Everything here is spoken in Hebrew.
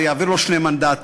זה יעביר לו שני מנדטים,